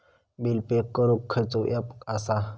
Bill pay करूक खैचो app असा?